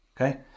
okay